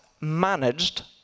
managed